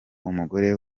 umugore